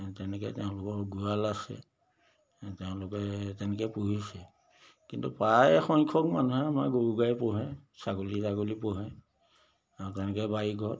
তেনেকৈ তেওঁলোকৰ গোৱাল আছে তেওঁলোকে তেনেকৈ পুহিছে কিন্তু প্ৰায়সংখ্যক মানুহে আমাৰ গৰু গাই পোহে ছাগলী তাগলী পোহে আৰু তেনেকৈ বাৰীঘৰত